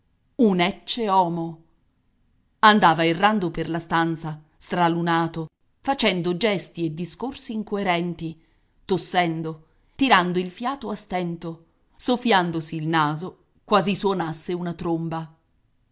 un ecceomo andava errando per la stanza stralunato facendo gesti e discorsi incoerenti tossendo tirando il fiato a stento soffiandosi il naso quasi suonasse una tromba